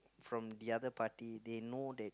from the other party they know that